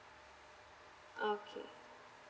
okay